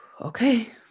Okay